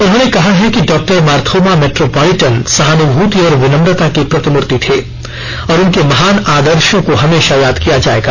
उन्होंने कहा है कि डॉक्टर मारथोमा मेट्रोपॉलिटन सहान्भूति और विनम्रता की प्रतिमूर्ति थे और उनके महान आदर्शों को हमेशा याद किया जाएगा